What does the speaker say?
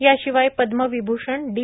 याशिवाय पद्मविभूषण डी